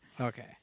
Okay